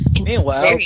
Meanwhile